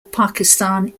pakistan